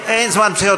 אין זמן פציעות,